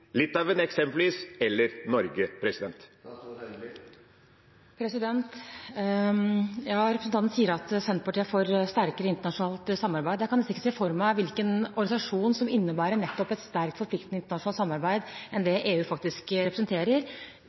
Litauen, eksempelvis, eller Norge? Representanten sier at Senterpartiet er for sterkere internasjonalt samarbeid. Jeg kan nesten ikke se for meg hvilken annen organisasjon som innebærer nettopp et så sterkt forpliktende samarbeid som det EU faktisk representerer,